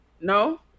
no